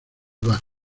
bar